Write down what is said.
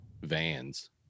vans